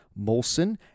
Molson